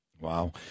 Wow